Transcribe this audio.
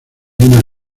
una